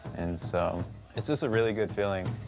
and so it's just a really good feeling.